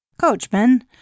Coachman